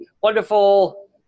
wonderful